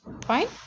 Fine